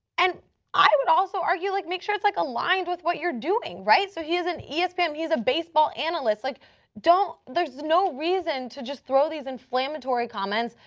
and i would also argue, like make sure it's like aligned with what you're doing, right? so, he's and on espn, um he's a baseball analyst, like don't there's no reason to just throw these inflammatory comments,